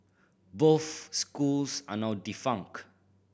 both schools are now defunct